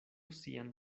sian